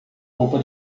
roupa